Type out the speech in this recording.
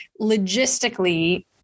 logistically